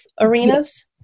arenas